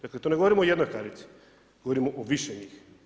Dakle, to ne govorimo o jednoj karici, govorimo o više njih.